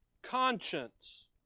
Conscience